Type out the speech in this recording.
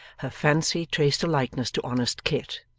her fancy traced a likeness to honest kit.